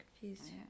confused